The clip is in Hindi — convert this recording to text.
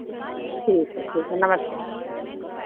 ठीक है ठीक है नमस्ते